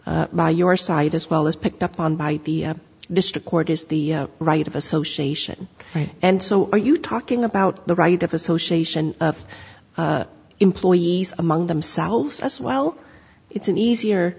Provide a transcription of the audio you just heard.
argued by your side as well as picked up on by the district court is the right of association right and so are you talking about the right of association of employees among themselves as well it's an easier